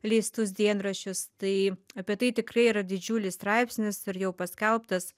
leistus dienraščius tai apie tai tikrai yra didžiulis straipsnis ir jau paskelbtas